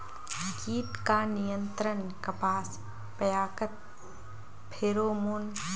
कीट का नियंत्रण कपास पयाकत फेरोमोन?